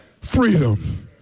Freedom